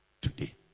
today